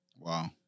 Wow